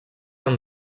amb